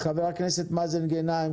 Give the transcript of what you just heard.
חבר הכנסת מאזן גנאים,